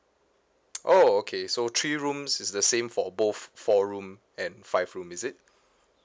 oh okay so three rooms is the same for both four room and five room is it